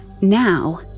Now